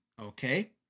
Okay